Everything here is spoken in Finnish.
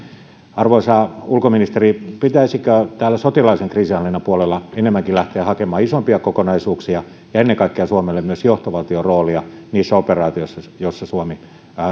arvoisa ulkoministeri pitäisikö täällä sotilaallisen kriisinhallinnan puolella enemmänkin lähteä hakemaan isompia kokonaisuuksia ja ennen kaikkea myös johtovaltion roolia suomelle niissä operaatioissa joihin suomi